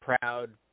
proud